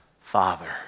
Father